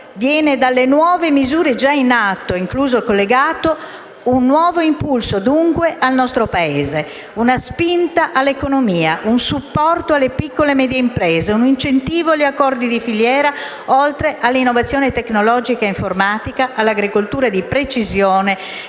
vengono dalle nuove misure già in atto, incluso il collegato, un nuovo impulso al nostro Paese, una spinta all'economia, un supporto alle piccole e medie imprese, un incentivo agli accordi di filiera, oltre che all'innovazione tecnologica e informatica, all'agricoltura di precisione